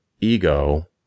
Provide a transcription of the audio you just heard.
ego